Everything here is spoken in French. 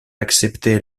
accepter